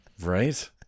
Right